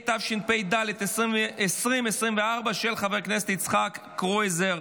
התשפ"ד 2024, של חבר הכנסת יצחק קרויזר.